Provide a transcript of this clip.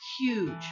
huge